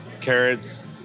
carrots